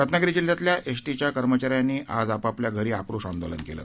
रत्नागिरी जिल्ह्यातल्या एसटीच्या कर्मचाऱ्यांनी आज आपापल्या घरी आक्रोश आंदोलन केलं